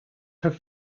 have